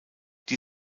die